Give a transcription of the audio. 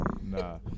Nah